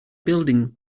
building